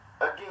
again